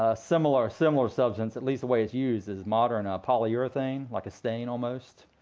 ah similar similar substance, at least the way it's used, is modern ah polyurethane, like a stain almost.